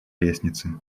лестнице